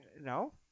No